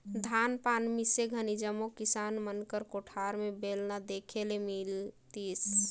धान पान मिसे घनी जम्मो किसान मन कर कोठार मे बेलना देखे ले मिलतिस